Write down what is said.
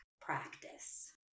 practice